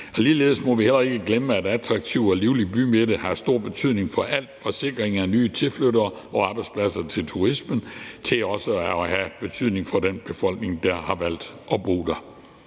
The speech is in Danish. Ligeledes må vi heller ikke glemme, at en attraktiv og livlig bymidte har stor betydning for alt, og det gælder lige fra sikring af nye tilflyttere og arbejdspladser til turisme og til også at have betydning for den befolkning, der har valgt at bo der.